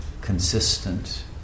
consistent